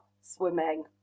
swimming